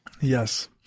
Yes